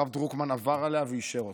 הרב דרוקמן עבר עליה ואישר אותה.